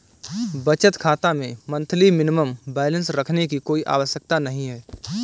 बचत खाता में मंथली मिनिमम बैलेंस रखने की कोई आवश्यकता नहीं है